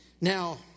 Now